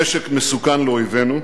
נשק מסוכן לאויבינו,